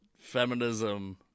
feminism